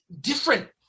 different